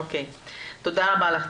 תודה.